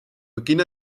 beginn